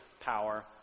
power